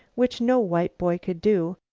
which no white boy could do,